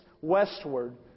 westward